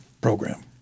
program